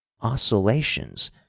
oscillations